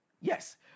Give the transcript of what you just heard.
yes